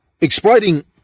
exploiting